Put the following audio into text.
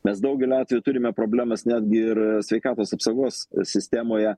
mes daugeliu atvejų turime problemas netgi ir sveikatos apsaugos sistemoje